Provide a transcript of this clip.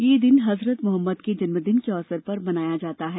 यह दिन हजरत मुहम्मद के जन्मदिन के अवसर पर मनाया जाता है